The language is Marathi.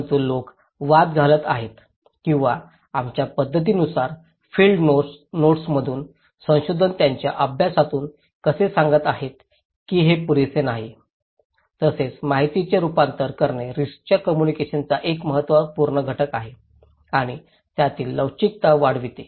परंतु लोक वाद घालत आहेत किंवा आमच्या पद्धतींमधून फील्ड नोट्समधून संशोधक त्यांच्या अभ्यासातून असे सांगत आहेत की हे पुरेसे नाही तसेच माहितीचे रूपांतर करणे रिस्कच्या कोम्मुनिकेशनाचा एक महत्त्वपूर्ण घटक आहे आणि त्यातील लवचिकता वाढवते